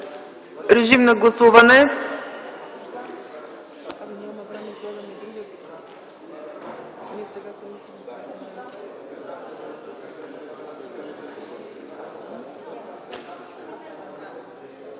Режим на гласуване.